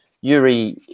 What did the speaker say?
Yuri